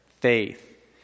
faith